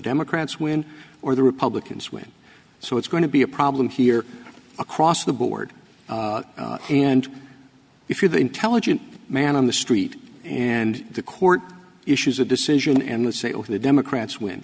democrats win or the republicans win so it's going to be a problem here across the board and if you're the intelligent man on the street and the court issues a decision and the say or the democrats win